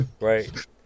Right